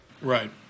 Right